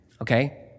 Okay